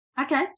Okay